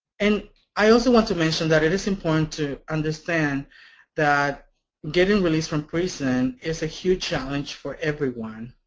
and i also want to mention that it is important to understand that getting released from prison is a huge challenge for everyone.